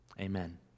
amen